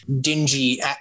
dingy